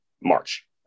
March